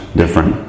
different